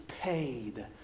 paid